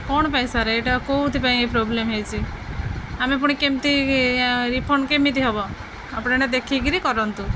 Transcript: କ'ଣ ପାଇଁ ସାର୍ ଏଇଟା କେଉଁଥିପାଇଁଁ ପ୍ରୋବ୍ଲେମ୍ ହେଇଛି ଆମେ ପୁଣି କେମିତି ରିଫଣ୍ଡ କେମିତି ହବ ଆପଣ ଏଟା ଦେଖିକିରି କରନ୍ତୁ